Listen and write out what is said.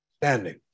Standing